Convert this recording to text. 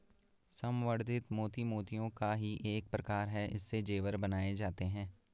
संवर्धित मोती मोतियों का ही एक प्रकार है इससे जेवर बनाए जाते हैं